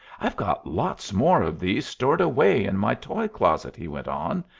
i've got lots more of these stored away in my toy-closet, he went on,